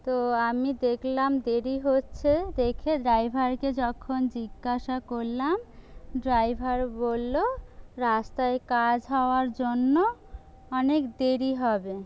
তো আমি দেখলাম দেরি হচ্ছে দেখে ড্রাইভারকে যখন জিজ্ঞাসা করলাম ড্রাইভার বলল রাস্তায় কাজ হওয়ার জন্য অনেক দেরি হবে